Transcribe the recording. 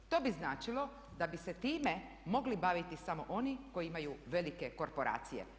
To bi značilo da bi se time mogli baviti samo oni koji imaju velike korporacije.